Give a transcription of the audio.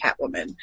Catwoman